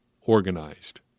organized